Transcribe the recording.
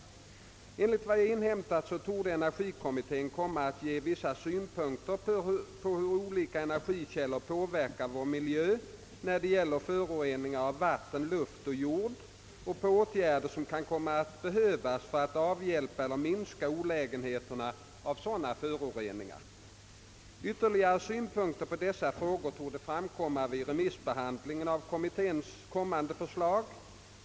Enligt vad jag inhämtat torde energi kommittén komma att ge vissa synpunkter på hur olika energikällor påverkar vår miljö när det gäller förorening av vatten, luft och jord och på åtgärder som kan komma att behövas för att avhjälpa eller minska olägenheterna av sådana föroreningar. Ytterligare synpunkter på dessa frågor torde framkomma vid remissbehandlingen av kommitténs kommande förslag.